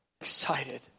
excited